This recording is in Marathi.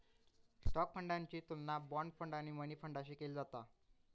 स्टॉक फंडाची तुलना बाँड फंड आणि मनी फंडाशी केली जाता